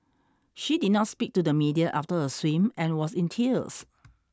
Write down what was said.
she did not speak to the media after her swim and was in tears